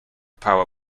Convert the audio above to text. power